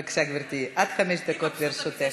בבקשה, גברתי, עד חמש דקות לרשותך.